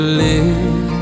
live